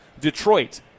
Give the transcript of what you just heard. Detroit